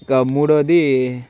ఇక మూడవది